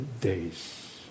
days